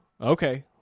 okay